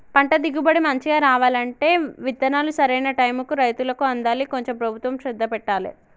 పంట దిగుబడి మంచిగా రావాలంటే విత్తనాలు సరైన టైముకు రైతులకు అందాలి కొంచెం ప్రభుత్వం శ్రద్ధ పెట్టాలె